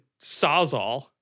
sawzall